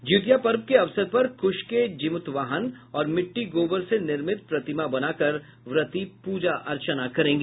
जिउतिया पर्व के अवसर पर कुश के जीमूतवाहन और मिट्टी गोबर से निर्मित प्रतिमा बनाकर व्रती पूजा अर्चना करेंगी